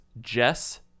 Jess